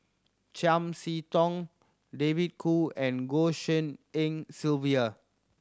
Chiam See Tong David Kwo and Goh Tshin En Sylvia